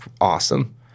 awesome